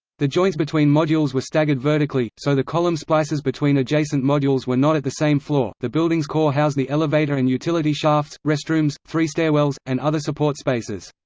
the joints between modules were staggered vertically, so the column splices between adjacent modules were not at the same floor the building's core housed the elevator and utility shafts, restrooms, three stairwells, and other support spaces.